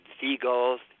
Seagulls